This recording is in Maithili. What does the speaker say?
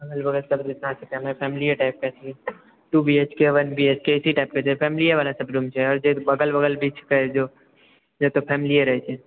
अगल बगल सभमे जितना छै सभ फैमिलीए टाइपके छै room two B H K one B H K इसी टाइपके छै फैमिलीएवला सभ रूम छै आओर जे अगल बगल भी छै जो से तऽ फैमिलीए रहैत छै